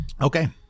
okay